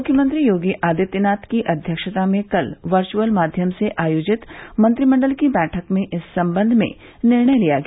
मुख्यमंत्री योगी आदित्यनाथ की अध्यक्षता में कल वर्यअल माध्यम से आयोजित मंत्रिमण्डल की बैठक में इस सम्बन्ध में निर्णय लिया गया